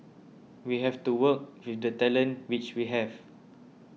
we have to work with the talent which we have